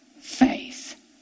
faith